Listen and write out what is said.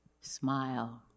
smile